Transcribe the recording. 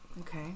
Okay